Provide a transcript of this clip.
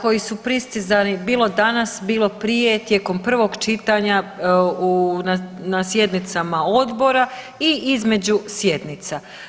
koji su pristizali bilo danas, bilo prije tijekom prvog čitanja, na sjednicama odbora i između sjednica.